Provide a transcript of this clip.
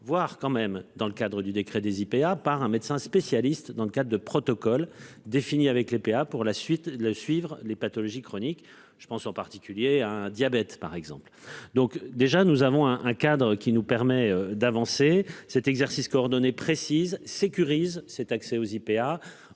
voir quand même dans le cadre du décret des IPA par un médecin spécialiste dans le cadre de protocole défini avec les PA pour la suite de la suivre les pathologies chroniques. Je pense en particulier un diabète par exemple donc déjà nous avons un un cadre qui nous permet d'avancer cet exercice coordonné précise sécurise cet accès aux IPA